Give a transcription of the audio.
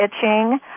itching